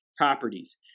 Properties